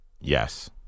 Yes